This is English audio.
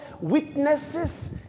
witnesses